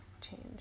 change